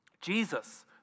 Jesus